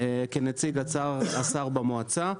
כנציג השר במועצה.